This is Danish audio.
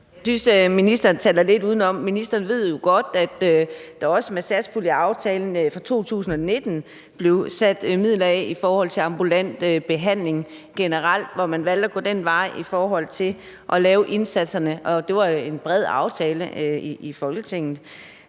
Jeg synes, at ministeren taler lidt udenom. Ministeren ved jo godt, at der med satspuljeaftalen fra 2019 også blev sat midler af til ambulant behandling generelt, hvor man valgte at gå den vej i forhold til at lave indsatserne, og det var en bred aftale i Folketinget.